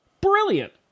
Brilliant